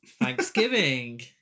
Thanksgiving